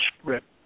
script